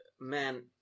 man